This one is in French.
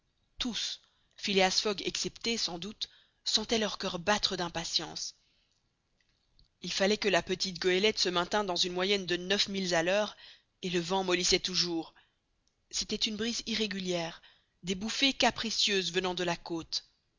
tous phileas fogg excepté sans doute sentaient leur coeur battre d'impatience il fallait que la petite goélette se maintint dans une moyenne de neuf milles à l'heure et le vent mollissait toujours c'était une brise irrégulière des bouffées capricieuses venant de la côte